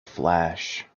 flash